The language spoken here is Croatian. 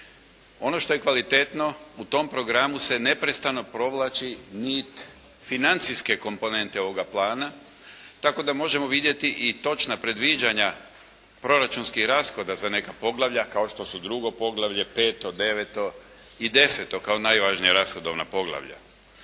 Ono što je kvalitetno u tom programu se neprestano provlači nit financijske komponente ovoga plana tako da možemo vidjeti i točna predviđanja proračunskih rashoda za neka poglavlja kao što su drugo poglavlje, peto, deveto i deseto kao najvažnija rashodovna poglavlja.